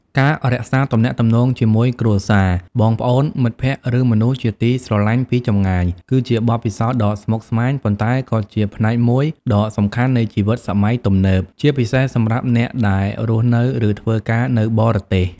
ការរក្សាទំនាក់ទំនងជាមួយគ្រួសារ បងប្អូន មិត្តភក្តិ ឬមនុស្សជាទីស្រឡាញ់ពីចម្ងាយ គឺជាបទពិសោធន៍ដ៏ស្មុគស្មាញ ប៉ុន្តែក៏ជាផ្នែកមួយដ៏សំខាន់នៃជីវិតសម័យទំនើប ជាពិសេសសម្រាប់អ្នកដែលរស់នៅ ឬធ្វើការនៅបរទេស។